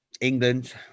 England